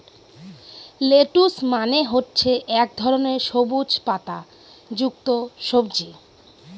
lettuce মানে হচ্ছে এক ধরনের সবুজ পাতা যুক্ত সবজি